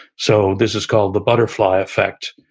so this is called the butterfly effect,